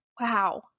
wow